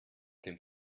dem